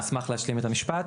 אני רק אשמח להשלים את המשפט.